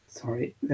Sorry